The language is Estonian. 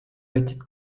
võtsid